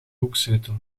hoekzetel